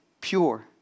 pure